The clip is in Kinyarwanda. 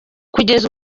kugeza